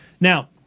Now